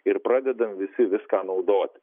ir pradedam visi viską naudoti